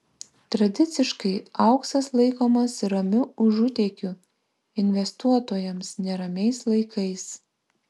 tradiciškai auksas laikomas ramiu užutėkiu investuotojams neramiais laikais